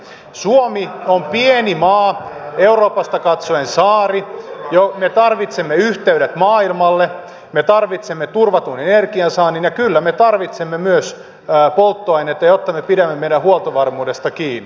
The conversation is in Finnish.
suomi on pieni maa euroopasta katsoen saari me tarvitsemme yhteydet maailmalle me tarvitsemme turvatun energiansaannin ja kyllä me tarvitsemme myös polttoainetta jotta me pidämme meidän huoltovarmuudestamme kiinni